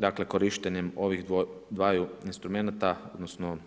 Dakle, korištenjem ovih dvaju instrumenata odnosno